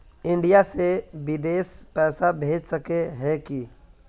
India से बिदेश पैसा भेज सके है की?